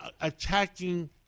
attacking